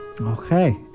Okay